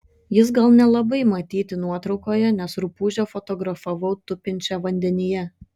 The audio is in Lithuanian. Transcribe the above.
jis gal nelabai matyti nuotraukoje nes rupūžę fotografavau tupinčią vandenyje